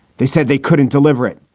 they said they couldn't deliver it.